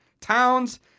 Towns